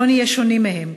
לא נהיה שונים מהם,